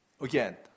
Again